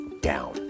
down